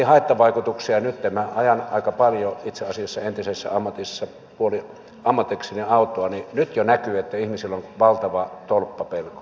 nyt minä ajan aika paljon itse asiassa entisessä ammatissa ajoin puoliammatikseni autoa jo näkyy että ihmisillä on valtava tolppapelko